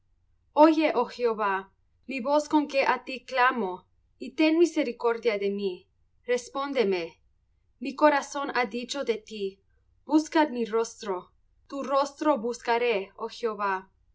oye oh jehová mi voz con que á ti clamo y ten misericordia de mí respóndeme mi corazón ha dicho de ti buscad mi rostro tu rostro buscaré oh jehová